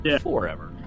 forever